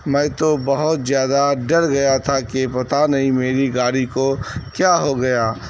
میں تو بہت زیادہ ڈر گیا تھا کہ پتا نہیں میری گاڑی کو کیا ہو گیا